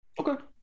Okay